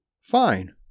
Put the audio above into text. fine